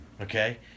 okay